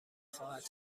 خواهد